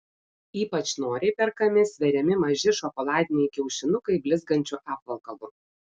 ypač noriai perkami sveriami maži šokoladiniai kiaušinukai blizgančiu apvalkalu